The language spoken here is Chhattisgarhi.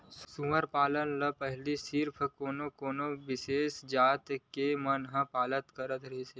सूरा पालन ल पहिली सिरिफ कोनो कोनो बिसेस जात के मन पालत करत हवय